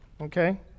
okay